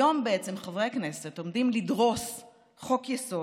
היום חברי הכנסת בעצם עומדים לדרוס חוק-יסוד,